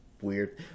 weird –